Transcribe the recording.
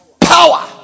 power